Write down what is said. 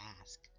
ask